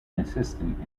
assistant